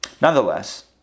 Nonetheless